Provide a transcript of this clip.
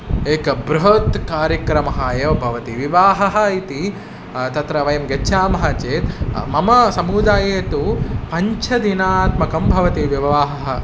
एकः बृहत् कार्यक्रमः एव भवति विवाहः इति तत्र वयं गच्छामः चेत् मम समुदाये तु पञ्चदिनात्मकं भवति विवाहः